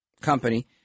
company